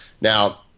Now